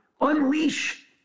unleash